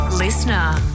listener